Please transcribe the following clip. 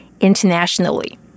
internationally